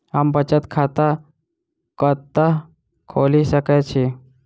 हम बचत खाता कतऽ खोलि सकै छी?